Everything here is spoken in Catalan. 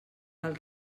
cal